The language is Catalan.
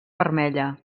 vermella